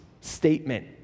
statement